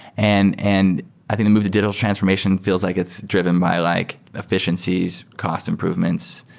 and and i think the move the digital transformation feels like it's driven by like effi ciencies, cost improvements,